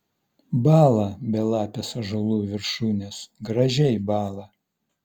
bąla belapės ąžuolų viršūnės gražiai bąla